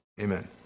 Amen